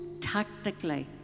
tactically